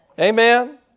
Amen